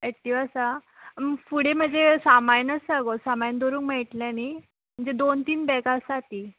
Activa आसा फुडें म्हजें सामान आसा गो सामान दवरूंक मेळटलें न्ही म्हणजे दोन तीन बॅगां आसा तीं